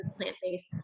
plant-based